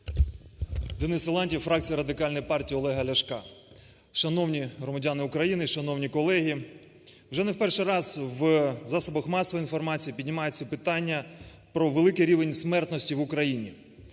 Денис Силантьєв, фракція Радикальної партії Олега Ляшка. Шановні громадяни України! Шановні колеги! Вже не в перший раз в засобах масової інформації піднімається питання про великий рівень смертності в Україні.